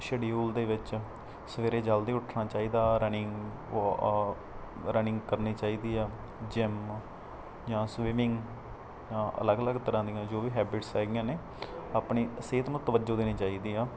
schedule ਦੇ ਵਿੱਚ ਸਵੇਰੇ ਜਲਦੀ ਉੱਠਣਾ ਚਾਹੀਦਾ ਰਨਿੰਗ ਵੋ ਰਨਿੰਗ ਕਰਨੀ ਚਾਹੀਦੀ ਆ ਜਿੰਮ ਜਾਂ ਸਵੀਮਿੰਗ ਜਾਂ ਅਲੱਗ ਅਲੱਗ ਤਰ੍ਹਾਂ ਦੀਆਂ ਜੋ ਵੀ ਹੈਬਿਟਸ ਹੈਗੀਆਂ ਨੇ ਆਪਣੀ ਸਿਹਤ ਨੂੰ ਤਵੱਜੋ ਦੇਣੀ ਚਾਹੀਦੀ ਆ